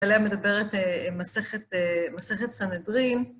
עליה מדברת מסכת סנהדרין.